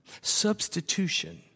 substitution